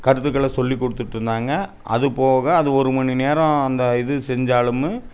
கருத்துக்களை சொல்லி கொடுத்துட்டு இருந்தாங்க அது போக அது ஒரு மணி நேரம் அந்த இது செஞ்சாலும்